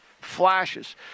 flashes